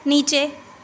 नीचे